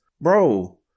bro